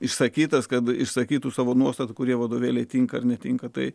išsakytas kad išsakytų savo nuostatų kurie vadovėlyje tinka ir netinka tai